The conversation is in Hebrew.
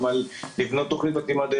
גם על לבנות תוכנית מתאימה.